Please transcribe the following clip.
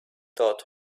dot